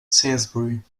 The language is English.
salisbury